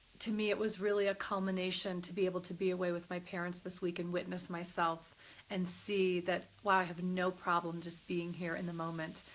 to me it was really a culmination to be able to be away with my parents this week and witness myself and see that why i have no problem just being here in the moment,